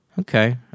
Okay